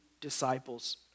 disciples